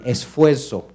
Esfuerzo